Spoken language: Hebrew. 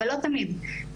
לא תמיד,